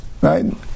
right